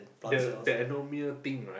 the that abdominal thing right